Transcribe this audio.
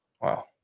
Wow